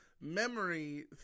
memory